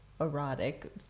erotic